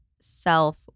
self